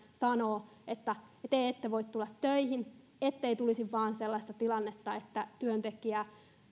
sanoo että te ette voi tulla töihin ettei vain tulisi sellaista tilannetta että työntekijä